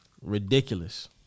ridiculous